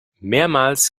mehrmals